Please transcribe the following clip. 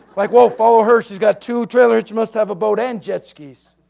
like, wow, follow her. she's got two trailers, she must have a boat and jet skis.